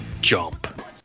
jump